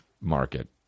market